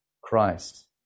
Christ